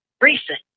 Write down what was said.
Recent